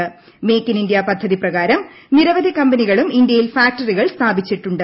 make in India പദ്ധതി പ്രകാരം നിരവധി കമ്പനികളും ഇന്ത്യയിൽ ഫാക്ടറികൾ സ്ഥാപിച്ചിട്ടുണ്ട്